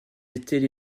étaient